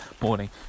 morning